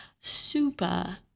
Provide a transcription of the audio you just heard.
super